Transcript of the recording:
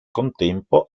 contempo